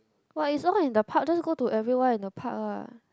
but it's all in the park just go to everywhere in the park lah